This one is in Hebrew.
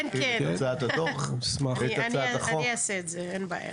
אני אעשה את זה, אין בעיה.